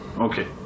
Okay